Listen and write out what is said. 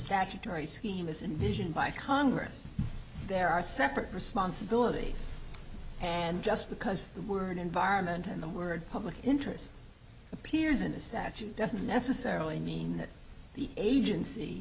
statutory scheme this invasion by congress there are separate responsibility and just because the word environment and the word public interest appears in the statute doesn't necessarily mean that the agency